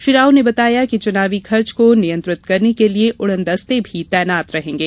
श्री राव ने बताया कि चुनावी खर्च को नियंत्रित करने के लिए उड़न दस्ते भी तैनात रहेंगे